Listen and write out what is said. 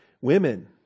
Women